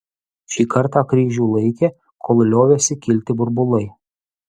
šį kartą kryžių laikė kol liovėsi kilti burbulai